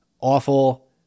awful